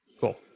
Cool